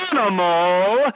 animal